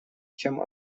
чем